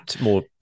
more